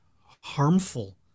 harmful